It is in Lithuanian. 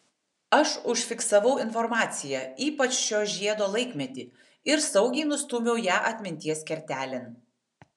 aš užfiksavau informaciją ypač šio žiedo laikmetį ir saugiai nustūmiau ją atminties kertelėn